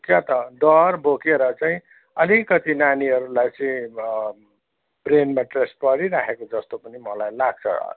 क्या त डर बोकेर चाहिँ अलिकति नानीहरूलाई चाहिँ ब्रेनमा स्ट्रेस परिराखेको जस्तो पनि मलाई लाग्छ